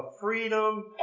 freedom